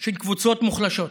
של קבוצות מוחלשות.